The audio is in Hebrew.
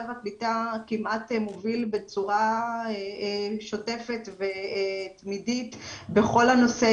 והקליטה כמעט מוביל בצורה שוטפת ותמידית בכל נושא